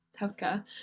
healthcare